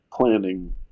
planning